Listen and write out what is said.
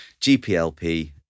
GPLP